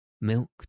milk